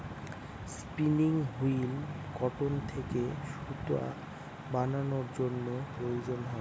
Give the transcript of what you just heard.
spinning wheel cotton থেকে সুতা বানানোর জন্য প্রয়োজন হয়